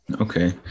Okay